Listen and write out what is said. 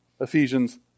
Ephesians